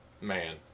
man